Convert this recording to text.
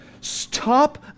stop